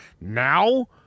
Now